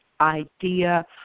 idea